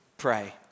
pray